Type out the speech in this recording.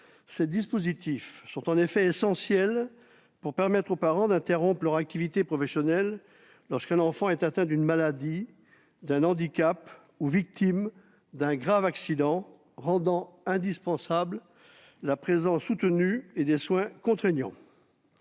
Ces dispositifs sont en effet essentiels pour permettre aux parents d'interrompre leur activité professionnelle lorsque leur enfant est atteint d'une maladie, d'un handicap ou est victime d'un grave accident rendant indispensables une présence soutenue et des soins contraignants.